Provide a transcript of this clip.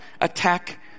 attack